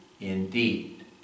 indeed